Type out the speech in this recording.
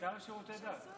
השר לשירותי דת.